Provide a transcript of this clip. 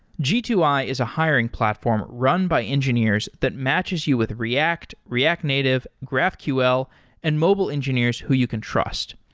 g two i is a hiring platform run by engineers that matches you with react, react native, native, graphql and mobile engineers who you can trust.